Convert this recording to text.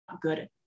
good